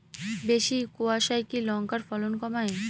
বেশি কোয়াশায় কি লঙ্কার ফলন কমায়?